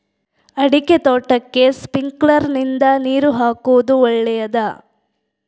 ಅಡಿಕೆ ತೋಟಕ್ಕೆ ಸ್ಪ್ರಿಂಕ್ಲರ್ ನಿಂದ ನೀರು ಹಾಕುವುದು ಒಳ್ಳೆಯದ?